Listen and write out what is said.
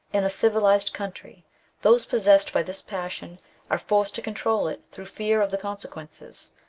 in a civilized country those pos sessed by this passion are forced to control it through fear of the consequences,